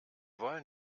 wollen